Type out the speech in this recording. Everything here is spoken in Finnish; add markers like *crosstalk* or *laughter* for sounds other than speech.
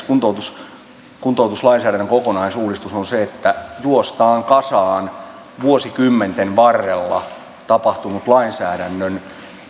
*unintelligible* kuntoutus kuntoutuslainsäädännön kokonaisuudistus on sitä että juostaan kasaan vuosikymmenten varrella tapahtuneet lainsäädännön